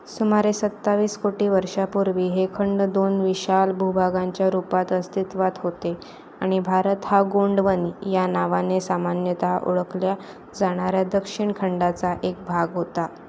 सुमारे सत्तावीस कोटी वर्षापूर्वी हे खंड दोन विशाल भूभागांच्या रूपात अस्तित्वात होते आणि भारत हा गोंडवन या नावाने सामान्यतः ओळखल्या जाणाऱ्या दक्षिण खंडाचा एक भाग होता